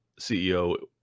ceo